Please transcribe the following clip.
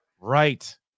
right